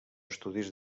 estudis